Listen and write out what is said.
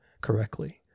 correctly